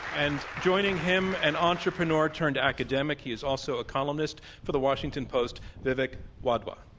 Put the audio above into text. and joining him, an entrepreneur turned academic, he is also a columnist for the washington post, vivek wadhwa.